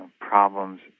problems